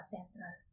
Central